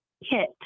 hit